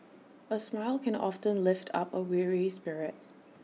A smile can often lift up A weary spirit